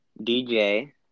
DJ